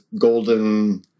golden